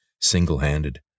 single-handed